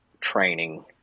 training